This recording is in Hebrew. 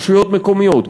רשויות מקומיות,